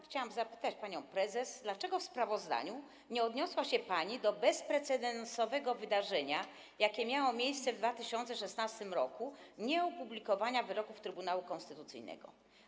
Chciałam zapytać panią prezes, dlaczego w sprawozdaniu nie odniosła się pani do bezprecedensowego wydarzenia, jakie miało miejsce w 2016 r. - nieopublikowania wyroków Trybunału Konstytucyjnego.